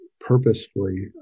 purposefully